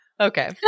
Okay